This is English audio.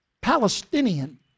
Palestinian